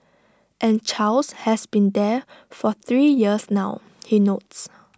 and Charles has been there for three years now he notes